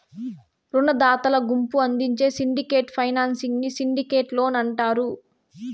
రునదాతల గుంపు అందించే సిండికేట్ ఫైనాన్సింగ్ ని సిండికేట్ లోన్ అంటారు